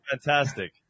Fantastic